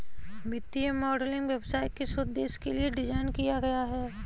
वित्तीय मॉडलिंग व्यवसाय किस उद्देश्य के लिए डिज़ाइन किया गया है?